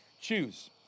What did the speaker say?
choose